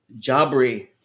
Jabri